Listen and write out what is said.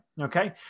okay